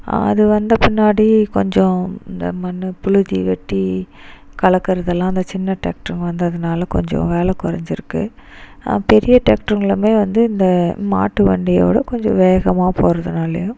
அது வந்த பின்னாடி கொஞ்சம் இந்த மண் புளுதி வெட்டி கலக்கிறதெல்லாம் அந்த சின்ன டிராக்டர் வந்ததினால கொஞ்சம் வேலை குறைஞ்சிருக்கு பெரிய டிராக்டர்கள்லாமே வந்து இந்த மாட்டு வண்டியோட கொஞ்சம் வேகமாக போறதுனாலேயும்